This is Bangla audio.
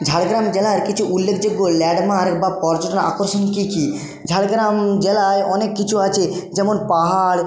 ঝাড়গ্রাম জেলায় কিছু উল্লেখযোগ্য ল্যান্ডমার্ক বা পর্যটন আকর্ষণ কী কী ঝাড়গ্রাম জেলায় অনেক কিছু আছে যেমন পাহাড়